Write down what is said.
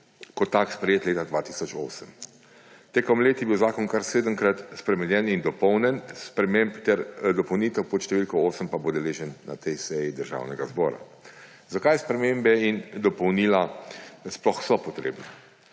kot tak sprejet leta 2008. Z leti je bil zakon kar sedemkrat spremenjen in dopolnjen. Sprememb ter dopolnitev pod številko 8 pa bo deležen na tej seji Državnega zbora. Zakaj spremembe in dopolnila sploh so potrebna?